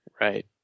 Right